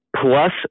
Plus